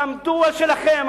תעמדו על שלכם,